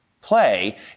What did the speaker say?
play